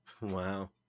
wow